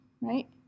Right